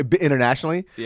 internationally